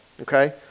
okay